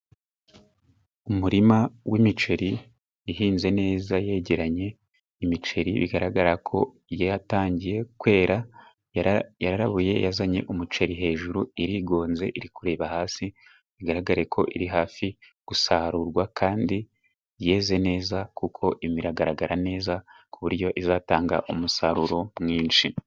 Umurima w'imiceri ihinze neza yegeranye, imiceri bigaragarako yatangiye kwera ,yarabuye yazanye umuceri hejuru, irigonze iri kureba hasi bigaragareko iri hafi gusarurwa, kandi yeze neza kuko imi iragaragara neza ku buryo izatanga umusaruro mwinshi.